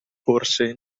forse